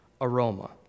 aroma